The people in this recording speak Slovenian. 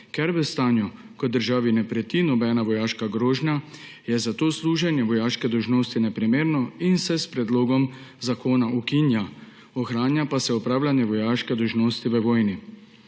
je v stanju, ko državi ne preti nobena vojaška grožnja, zato služenje vojaške dolžnosti neprimerno in se s predlogom zakona ukinja, ohranja pa se opravljanje vojaške dolžnosti v vojni.